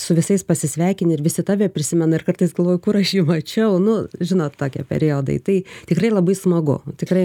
su visais pasisveikini ir visi tave prisimena ir kartais galvoju kur aš jį mačiau nu žinot tokie periodai tai tikrai labai smagu tikrai